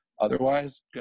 otherwise